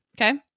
okay